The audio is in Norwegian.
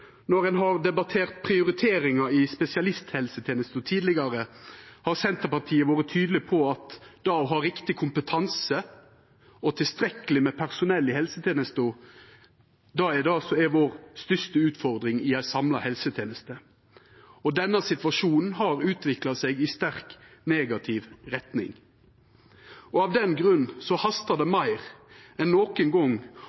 Når ein har debattert prioriteringar i spesialisthelsetenesta tidlegare, har Senterpartiet vore tydeleg på at det å ha riktig kompetanse og tilstrekkeleg med personell i helsetenesta er den største utfordringa vår i ei samla helseteneste. Denne situasjonen har utvikla seg i sterk negativ retning. Av den grunn hastar det